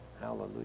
Hallelujah